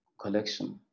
collection